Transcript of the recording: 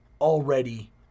already